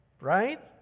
right